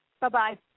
Bye-bye